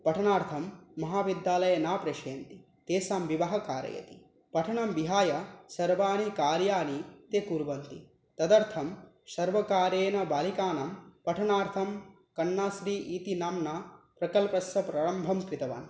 पठनार्थं महाविद्यालयं न प्रेषयन्ति तेषां विवाहं कारयति पठनं विहाय सर्वाणि कार्याणि ते कुर्वन्ति तदर्थं सर्वकारेण बालिकानां पठनार्थं कण्णास्री इति नाम्ना प्रकल्पस्य प्रारम्भं कृतवान्